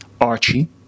Archie